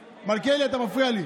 מלכיאלי, אתה מפריע לי.